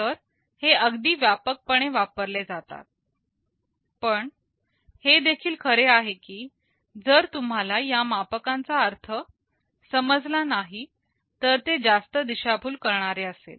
तर हे अगदी व्यापक पणे वापरले जातात पण हे देखील खरे आहे की जर तुम्हाला या मापकांचा अर्थ समजला नाही तर ते जास्त दिशाभूल करणारे असेल